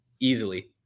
Easily